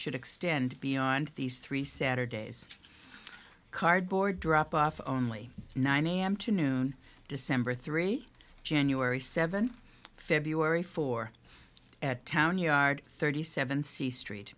should extend beyond these three saturdays cardboard drop off only nine am to noon december three january seventh february for at town yard thirty seven c street